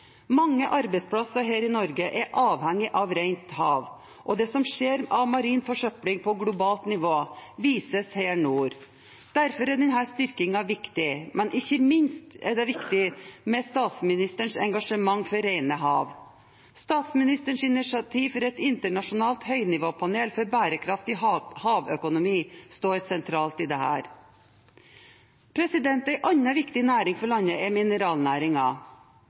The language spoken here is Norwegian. Mange arbeidsplasser her i Norge er avhengige av rent hav, og det som skjer av marin forsøpling på globalt nivå, vises her nord. Derfor er denne styrkingen viktig. Men ikke minst er det viktig med statsministerens engasjement for rene hav. Statsministerens initiativ for et internasjonalt høynivåpanel for bærekraftig havøkonomi står sentralt i dette. En annen viktig næring for landet er